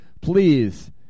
Please